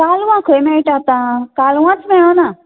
कालवां खंय मेळटा आतां कालवाच मेळना